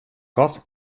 kat